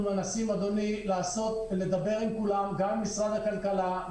אנחנו מנסים לדבר עם כולם גם עם משרד הכלכלה,